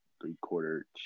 three-quarter